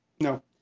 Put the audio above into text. no